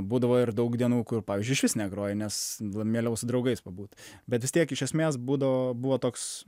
būdavo ir daug dienų kur pavyzdžiui išvis negroji nes mieliau su draugais pabūt bet vis tiek iš esmės budo buvo toks